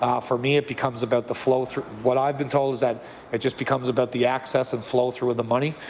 um for me it becomes about the flow what i've been told is that it just becomes about the access and flow through of the money.